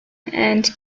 and